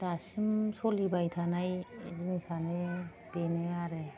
दासिम सलिबाय थानाय जिनिसआनो बेनो आरो